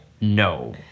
no